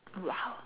!wow!